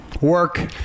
Work